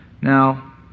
Now